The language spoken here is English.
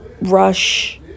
rush